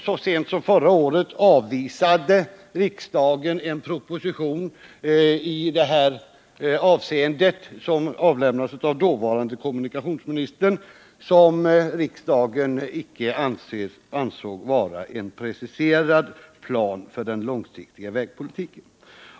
Så sent som förra året avvisade riksdagen en proposition i detta avseende, som avlämnats av dåvarande kommunikationsministern och som riksdagen icke ansåg vara en preciserad plan för den långsiktiga vägpolitiken.